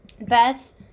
Beth